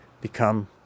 become